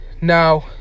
Now